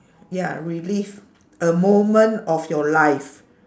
ya relive a moment of your life